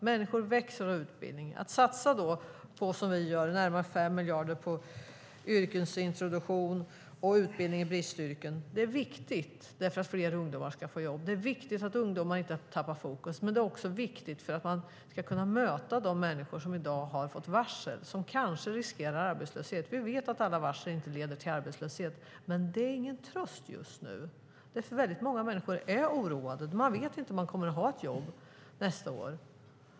Människor växer av utbildning. Att då satsa, som vi gör, närmare 5 miljarder på yrkesintroduktion och utbildning i bristyrken är viktigt för att fler ungdomar ska få jobb. Det är viktigt att ungdomar inte tappar fokus. Men detta är också viktigt för att man ska kunna möta de människor som i dag har blivit varslade och som riskerar arbetslöshet. Vi vet att alla varsel inte leder till arbetslöshet, men det är ingen tröst just nu. Väldigt många människor är oroade. Man vet inte om man kommer att ha ett jobb nästa år.